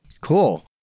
Cool